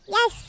Yes